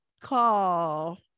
call